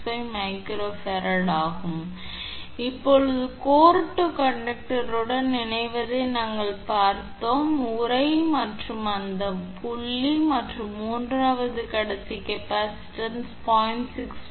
65𝜇𝐹 ஆகும் இப்போது core to கண்டக்டருடன் இணைவதை நாங்கள் பார்த்தோம் உறை மற்றும் அந்த புள்ளி மற்றும் மூன்றாவது கடத்தி கெப்பாசிட்டன்ஸ் 0